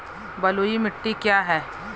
बलुई मिट्टी क्या है?